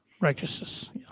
Righteousness